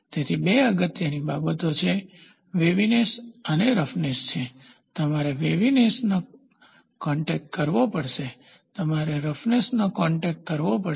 તેથી બે અગત્યની બાબતો છે વેવીનેસ અને રફનેસ છે તમારે વેવીનેસનો કોન્ટેક્ટ કરવો પડશે તમારે રફનેસનો કોન્ટેક્ટ કરવો પડશે